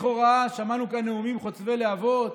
לכאורה שמענו כאן נאומים חוצבי להבות